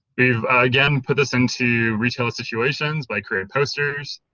we've again put this into retail situations by creating posters.